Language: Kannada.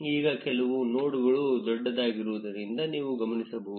ಈಗ ಕೆಲವು ನೋಡ್ಗಳು ದೊಡ್ಡದಾಗಿರುವುದನ್ನು ನೀವು ಗಮನಿಸಬಹುದು